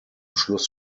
schluss